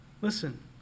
Listen